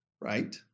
right